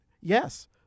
Yes